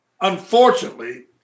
unfortunately